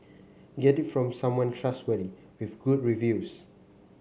get it from someone trustworthy with good reviews